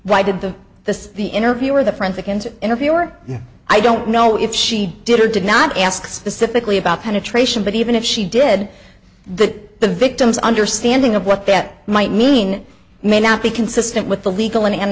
why did the the the interviewer the forensic and interviewer i don't know if she did or did not ask specifically about penetration but even if she did that the victim's understanding of what that might mean may not be consistent with the legal an an